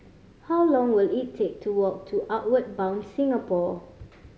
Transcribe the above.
how long will it take to walk to Outward Bound Singapore